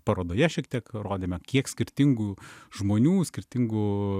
parodoje šiek tiek rodėme kiek skirtingų žmonių skirtingų